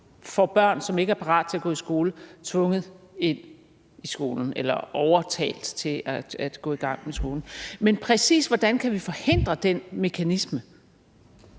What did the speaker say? får børn, som ikke er parat til at gå i skole, tvunget ind i skolen eller overtalt til at gå i gang med skolen. Men præcis hvordan kan vi forhindre den mekanisme?